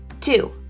two